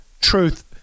truth